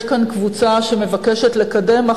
יש כאן קבוצה שמבקשת לקדם,